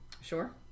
Sure